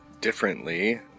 Differently